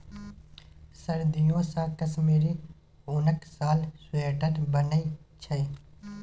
सदियों सँ कश्मीरी उनक साल, स्वेटर बनै छै